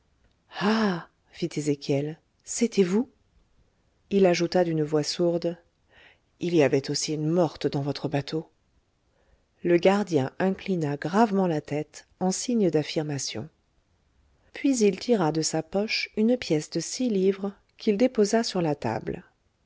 ah fit ezéchiel c'était vous il ajouta d'une voix sourde il y avait aussi une morte dans votre bateau le gardien inclina gravement la tête en signe d'affirmation puis il tira de sa poche une pièce de six livres qu'il déposa sur la table